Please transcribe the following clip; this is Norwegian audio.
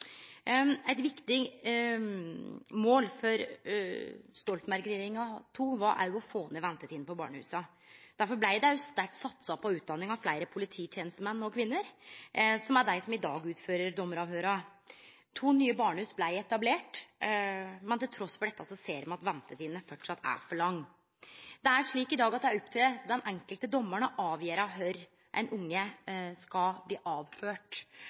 Eit viktig mål òg for Stoltenberg II-regjeringa var å få ned ventetidene på barnehusa. Derfor blei det òg satsa sterkt på utdanning av fleire polititjenestemenn og -kvinner, som er dei som i dag utfører dommeravhøyra. To nye barnehus blei etablerte, men tras i dette ser me at ventetidene framleis er for lange. Det er slik i dag at det er opp til den enkelte dommaren å avgjere kvar eit barn skal bli